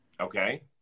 Okay